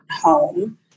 home